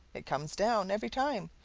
it comes down, every time.